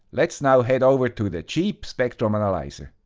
let's now head over to the cheap spectrum analyzer.